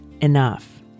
enough